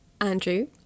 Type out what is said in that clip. Andrew